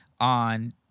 on